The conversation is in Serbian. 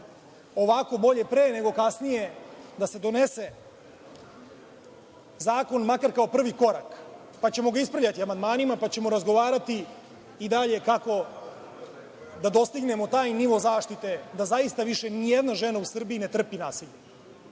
Ovako, bolje pre nego kasnije da se donese zakon makar kao prvi korak pa ćemo ga ispravljati amandmanima, pa ćemo razgovarati i dalje kako da dostignemo taj nivo zaštite da zaista više ni jedna žena u Srbiji ne trpi nasilje. Sve